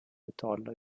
betala